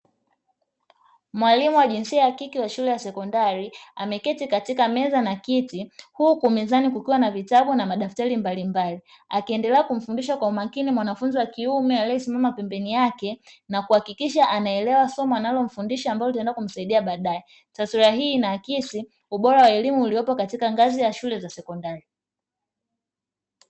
Mwalimu wa jinsia ya kike wa shule ya sekondari, ameketi katika meza na kiti, huku mezani kukiwa na vitabu na madaftari mbalimbali, akiendelea kumfundisha kwa umakini mwanafunzi wa kiume aliyesimama pembeni yake, na kuhakikisha anaelewa somo analomfundisha ambalo litakwenda kumsaidia baadaye. Taswira hii inaakisi ubora wa elimu uliopo katika shule za sekondari.